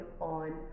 on